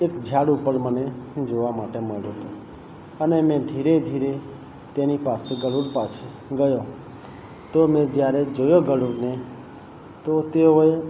એક ઝાડ ઉપર મને જોવા માટે મળ્યો હતો અને મેં ધીરે ધીરે તેની પાસે ગરૂડ પાસે ગયો તો મેં જ્યારે જોયો ગરૂડને તો તેઓએ